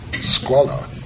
squalor